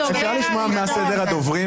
אפשר לשמוע מה סדר הדוברים?